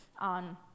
on